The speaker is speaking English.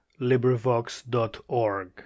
LibriVox.org